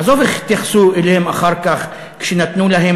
עזוב איך התייחסו אליהם אחר כך כשנתנו להם